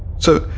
so,